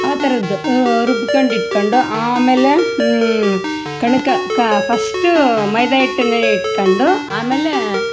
ಆ ಥರದ್ ರುಬ್ಬಿಕೊಂಡ್ ಇಟ್ಕೊಂಡು ಆಮೇಲೆ ಕಣ್ಕ ಕಾ ಫಸ್ಟ್ ಮೈದಾ ಹಿಟ್ಟನ್ನು ಇಟ್ಕೊಂಡು ಆಮೇಲೆ